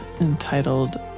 entitled